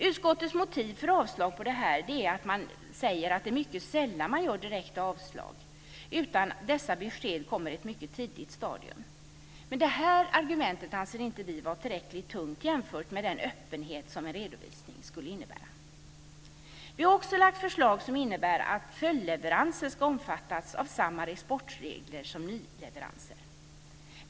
Utskottets motiv för avslag på detta förslag är att det är mycket sällan man gör direkta avslag, utan dessa besked kommer i ett mycket tidigt stadium. Men det här argumentet anser inte vi vara tillräckligt tungt i jämförelse med den öppenhet som en redovisning skulle innebära. Vi har också lagt fram ett förslag som innebär att följdleveranser ska omfattas av samma exportregler som nyleveranser.